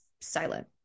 silent